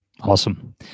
Awesome